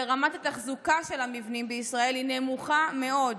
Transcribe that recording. ורמת התחזוקה של המבנים בישראל נמוכה מאוד,